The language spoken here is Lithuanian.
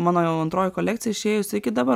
mano jau antroji kolekcija išėjusi iki dabar